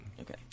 Okay